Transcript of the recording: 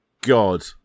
God